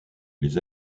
les